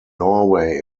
norway